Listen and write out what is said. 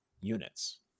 units